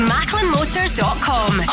MacklinMotors.com